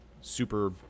super